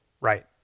Right